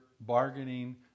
bargaining